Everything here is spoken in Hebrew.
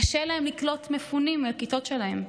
קשה להם לקלוט מפונים לכיתות שלהם,